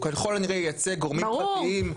הוא ככל הנראה ייצג גורמים פרטיים,